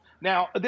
now